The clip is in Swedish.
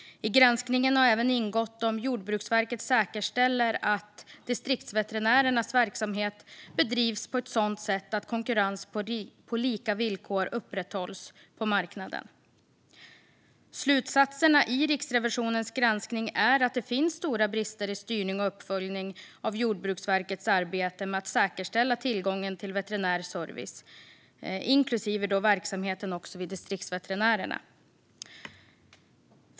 I granskningen har även ingått huruvida Jordbruksverket säkerställer att Distriktsveterinärernas verksamhet bedrivs på ett sådant sätt att konkurrens på lika villkor upprätthålls på marknaden. Slutsatserna i Riksrevisionens granskning är att det finns stora brister i styrning och uppföljning av Jordbruksverkets arbete med att säkerställa tillgången till veterinär service, inklusive verksamheten vid Distriktsveterinärerna.